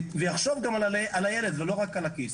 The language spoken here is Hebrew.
ויחשוב גם על הילד ולא רק על הכיס.